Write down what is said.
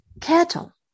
cattle